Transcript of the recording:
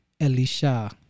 Elisha